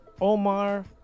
Omar